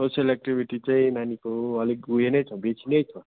social activity चाहिँ नानीको अलिक उयो नै छ बेसी नै छ